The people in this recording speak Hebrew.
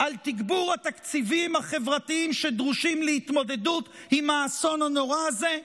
על תגבור התקציבים החברתיים שדרושים להתמודדות עם האסון הנורא הזה?